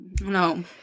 No